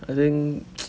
I think